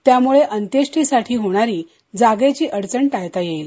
त्यामुळे अंत्येषीसाठी होणारी जागेची अडचण टाळता येईल